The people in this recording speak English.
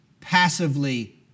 passively